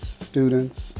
students